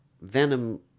Venom